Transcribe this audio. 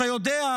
אתה יודע,